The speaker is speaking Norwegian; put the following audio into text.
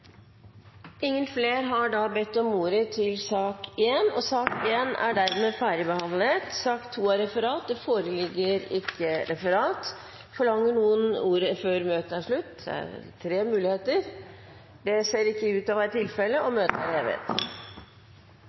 har ikke bedt om ordet til grunnlovsforslag 45, og sak nr. 1 er dermed ferdigbehandlet. Det foreligger ikke noe referat. Forlanger noen ordet før møtet er slutt? Det ser ikke ut til å være tilfelle. – Møtet er hevet.